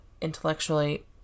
intellectually